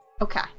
Okay